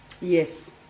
Yes